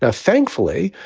ah thankfully,